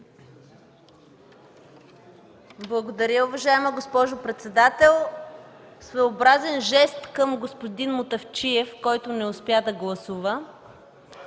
Благодаря. Уважаема госпожо председател, своеобразен жест към господин Мутафчиев, който не успя да гласува,